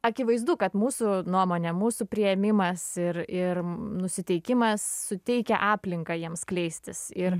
akivaizdu kad mūsų nuomonė mūsų priėmimas ir ir nusiteikimas suteikia aplinką jiems skleistis ir